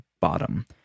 bottom